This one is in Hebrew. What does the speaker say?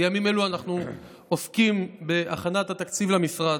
בימים אלו אנחנו עוסקים בהכנת התקציב למשרד,